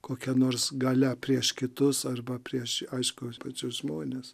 kokia nors galia prieš kitus arba prieš aišku pačius žmones